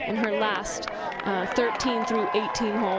and her last thirteen through eighteen